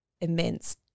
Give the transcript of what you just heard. immense